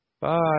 Bye